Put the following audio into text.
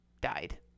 died